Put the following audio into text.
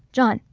john,